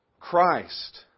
Christ